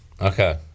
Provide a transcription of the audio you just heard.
Okay